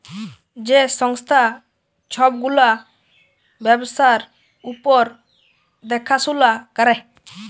যে সংস্থা ছব গুলা ব্যবসার উপর দ্যাখাশুলা ক্যরে